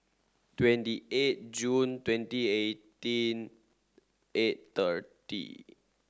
twenty eight June twenty eighteen eight thirty